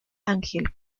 angel